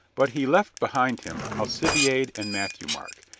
but he left behind him alcibiade and matthieu marc,